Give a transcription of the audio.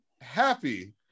happy